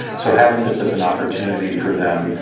so having this as an opportunity for them,